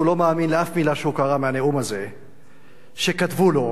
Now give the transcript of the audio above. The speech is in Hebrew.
לא מאמין לאף מלה שהוא קרא מהנאום הזה שכתבו לו